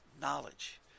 knowledge